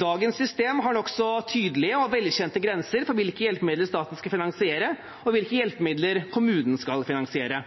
Dagens system har nokså tydelige og velkjente grenser for hvilke hjelpemidler staten skal finansiere, og hvilke hjelpemidler kommunen skal finansiere.